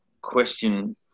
question